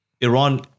Iran